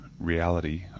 reality